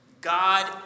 God